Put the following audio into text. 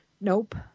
nope